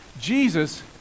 Jesus